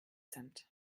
sind